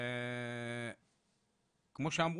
כמו שאמרו,